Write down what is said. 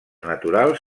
naturals